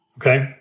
Okay